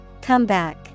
Comeback